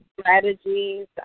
Strategies